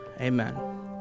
amen